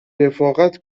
رفاقت